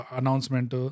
announcement